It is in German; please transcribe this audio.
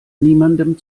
niemandem